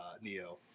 Neo